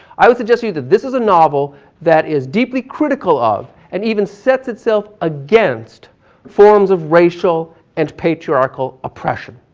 i will suggest to you that this is a novel that is deeply critically of and even sets itself against forms of racial and patriarchal oppression,